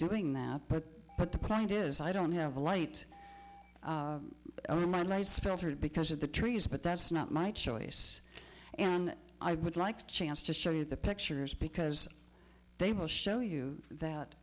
doing that but the planet is i don't have a light in my life filtered because of the trees but that's not my choice and i would like to chance to show you the pictures because they will show you that